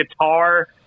guitar